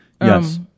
Yes